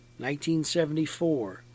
1974